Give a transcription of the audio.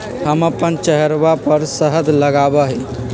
हम अपन चेहरवा पर शहद लगावा ही